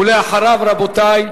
לאחריו, רבותי,